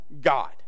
God